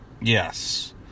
Yes